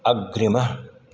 अग्रिमः